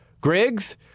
Griggs